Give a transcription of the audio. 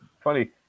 funny